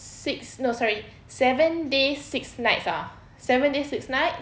six no sorry seven days six nights ah seven days six nights